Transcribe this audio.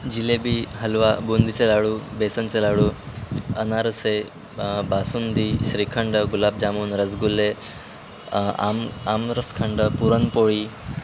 जिलेबी हलवा बूंदीचे लाडू बेसनचे लाडू अनारसे बासुंदी श्रीखंड गुलाबजामुन रसगुल्ले आम आमरसखंड पुरणपोळी